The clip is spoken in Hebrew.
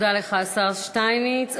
תודה לך, השר שטייניץ.